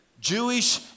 Jewish